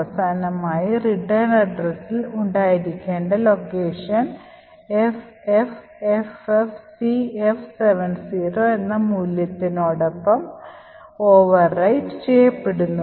അവസാനമായി റിട്ടേൺ വിലാസം ഉണ്ടായിരിക്കേണ്ട ലൊക്കേഷൻ FFFFCF70 എന്ന മൂല്യത്തിനൊപ്പം പുനരാലേഖനം ചെയ്യപ്പെടുന്നു